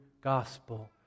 gospel